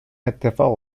اتفاق